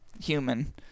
human